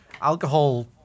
alcohol